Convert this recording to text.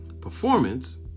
performance